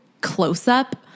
close-up